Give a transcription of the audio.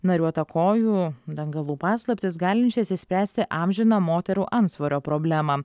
nariuotakojų dangalų paslaptis galinčias išspręsti amžiną moterų antsvorio problemą